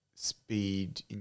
speed